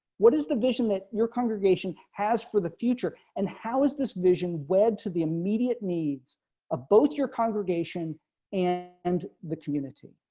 what is the vision that your congregation has for the future and how is this vision wed to the immediate needs of both your congregation and the community.